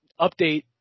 update